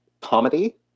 comedy